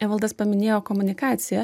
evaldas paminėjo komunikaciją